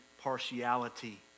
partiality